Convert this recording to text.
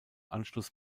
anschluss